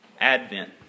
Advent